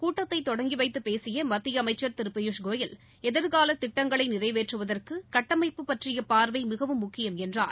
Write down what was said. கூட்டத்தைதொடங்கிவைத்துபேசியமத்தியஅமைச்சர் கோயல் திருபியூஷ் எதிர்காலதிட்டங்களைநிறைவேற்றுவதற்குகட்டமைப்பு பற்றியபார்வைமிகவும் முக்கியம் என்றார்